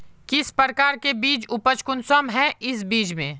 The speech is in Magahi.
किस प्रकार के बीज है उपज कुंसम है इस बीज में?